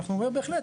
אנחנו אומרים בהחלט,